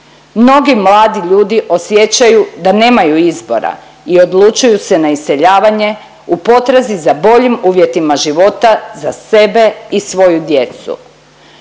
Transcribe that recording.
Mnogi mladi ljudi osjećaju da nemaju izbora i odlučuju se na iseljavanje u potrazi za boljim uvjetima života za sebe i svoju djecu.